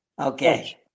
Okay